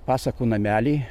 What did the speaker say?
pasakų namelį